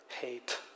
hate